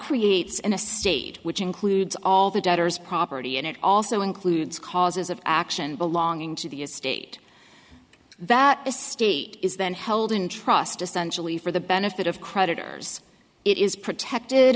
creates in a state which includes all the debtors property and it also includes causes of action belonging to the estate that a state is then held in trust essentially for the benefit of creditors it is protected